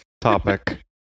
topic